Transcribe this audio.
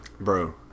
Bro